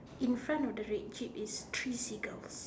in front of the red jeep is three seagulls